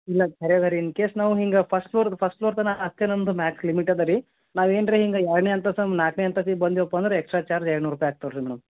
ಇಲ್ಲ ಖರೆ ಅದ ರೀ ಇನ್ ಕೇಸ್ ನಾವು ಹಿಂಗೆ ಫಸ್ಟ್ ಫ್ಲೋರ್ದ ಫಸ್ಟ್ ಫ್ಲೋರ್ ತನಕ ಹತ್ತೇನೆ ಅಂದ್ರೆ ಮ್ಯಾಕ್ಸ್ ಲಿಮಿಟ್ ಅದ ರೀ ನಾವು ಏನು ರಿ ಹಿಂಗೆ ಎರಡನೇ ಅಂತಸ್ತನ ನಾಲ್ಕನೇ ಅಂತಸ್ತಿಗೆ ಬಂದೆವಪ್ಪಾ ಅಂದರೆ ಎಕ್ಸ್ಟ್ರಾ ಚಾರ್ಜ್ ಎರಡು ನೂರು ರೂಪಾಯಿ ಆಗ್ತದ್ ರೀ ಮೇಡಮ್